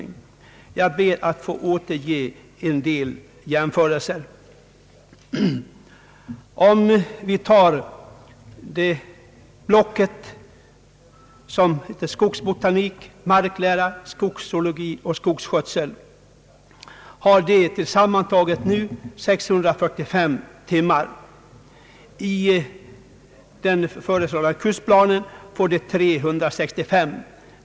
Jag ber att få göra några jämförelser. Ämnesblocket skogsbotanik, marklära, skogszoologi och skogsskötsel har tillsammantaget nu 645 timmar. I den föreslagna kursplanen får dessa ämnen 365 timmar.